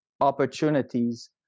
opportunities